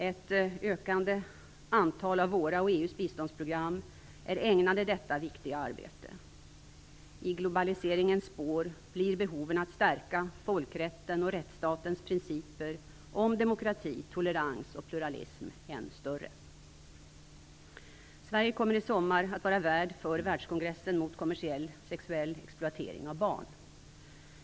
Ett ökande antal av våra och EU:s biståndsprogram är ägnade detta viktiga arbete. I globaliseringens spår blir behovet att stärka folkrätten och rättsstatens principer om demokrati, tolerans och pluralism än större. Sverige kommer i sommar att vara värd för världskongressen mot kommersiell sexuell exploatering av barn.